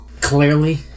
Clearly